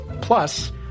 Plus